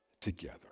together